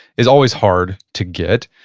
is always hard to get.